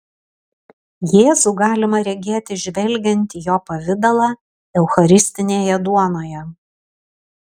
jėzų galima regėti žvelgiant į jo pavidalą eucharistinėje duonoje